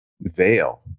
veil